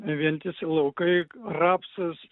vientisi laukai rapsas